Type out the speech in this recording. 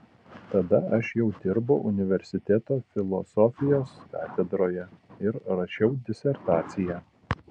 tada aš jau dirbau universiteto filosofijos katedroje ir rašiau disertaciją